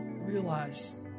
realize